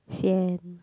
sian